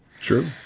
True